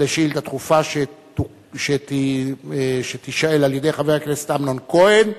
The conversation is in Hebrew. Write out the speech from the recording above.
על שאילתא דחופה שתישאל על-ידי חבר הכנסת אמנון כהן,